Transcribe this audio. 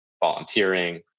volunteering